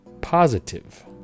positive